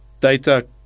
Data